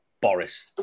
Boris